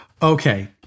Okay